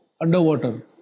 underwater